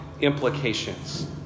implications